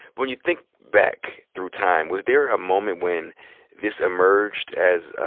when you think back through time, was there a moment when this emerged as a,